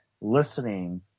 listening